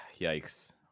Yikes